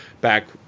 back